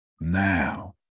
Now